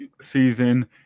season